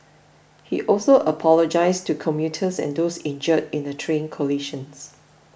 he also apologised to commuters and those injured in the train collisions